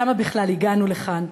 למה בכלל הגענו לכאן?